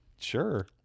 Sure